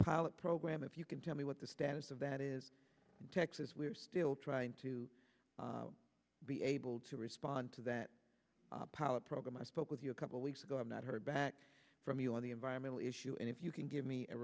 pilot program if you can tell me what the status of that is in texas we're still trying to be able to respond to that power program i spoke with you a couple weeks ago i've not heard back from you on the environmental issue and if you can give me a